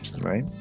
right